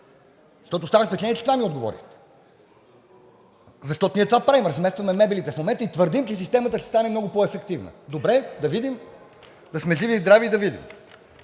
Защото останах с впечатление, че това ми отговорихте! Защото ние това правим – разместваме мебелите в момента и твърдим, че системата ще стане много по-ефективна. Добре, да видим. Да сме живи и здрави да видим!